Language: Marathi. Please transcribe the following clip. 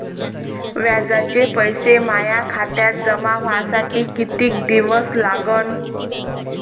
व्याजाचे पैसे माया खात्यात जमा व्हासाठी कितीक दिवस लागन?